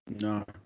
No